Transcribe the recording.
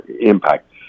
impact